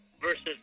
Versus